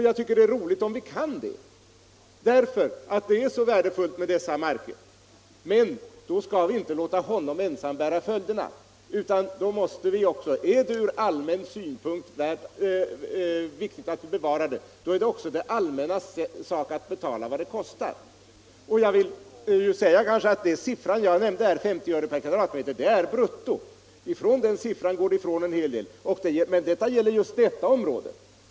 Jag tycker att det är roligt om vi kan bevara dessa marker, eftersom de är så värdefulla, men då skall vi inte låta markägaren ensam bära följderna. Är det ur allmän synpunkt viktigt att bevara ett område, då är det också det allmännas sak att betala vad det kostar. Det belopp jag nämnde, 50 öre/m”, är bruttobeloppet; en hel del går ifrån det. Det beloppet gällde just det område jag talade om.